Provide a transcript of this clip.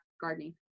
gardening